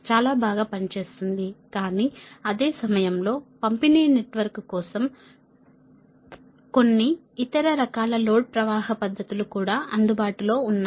చాలా బాగా పనిచేస్తుంది కానీ అదే సమయంలో పంపిణీ నెట్వర్క్ కోసం కొన్ని ఇతర రకాల లోడ్ ప్రవాహ పద్ధతులు కూడా అందుబాటులో ఉన్నాయి